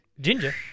Ginger